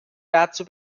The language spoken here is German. dazu